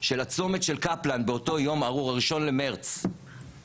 של הצומת של קפלן באותו יום ארור, 1 במרץ 2023,